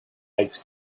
ice